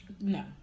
No